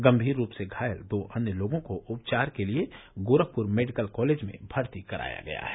गंभीर रूप से घायल दो अन्य लोगों को उपचार के लिए गोरखपुर मेडिकल कालेज में भर्ती कराया गया है